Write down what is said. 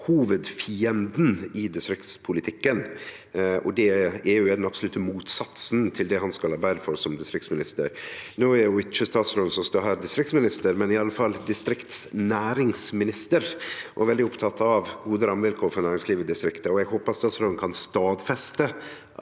hovudfienden i distriktspolitikken, og at EU er den absolutte motsatsen til det han skal arbeide for som distriktsminister. No er ikkje statsråden som står her, distriktsminister, men han er i alle fall distriktsnæringsminister og veldig oppteken av gode rammevilkår for næringslivet i distrikta. Eg håpar statsråden kan stadfeste